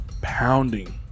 pounding